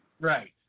Right